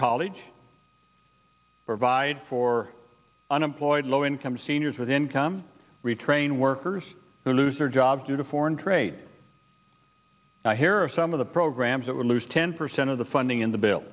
college provide for unemployed low income seniors with income retrain workers who lose their jobs due to foreign trade here are some of the programs that will lose ten percent of the funding in the bill